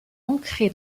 ancré